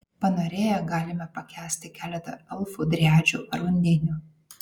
panorėję galime pakęsti keletą elfų driadžių ar undinių